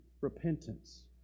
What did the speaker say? repentance